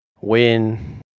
win